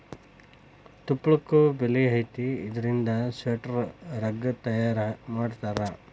ತುಪ್ಪಳಕ್ಕು ಬೆಲಿ ಐತಿ ಇದರಿಂದ ಸ್ವೆಟರ್, ರಗ್ಗ ತಯಾರ ಮಾಡತಾರ